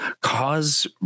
cause